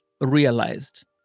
realized